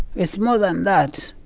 it's more than that.